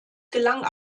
gelang